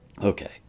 Okay